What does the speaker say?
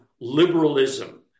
liberalism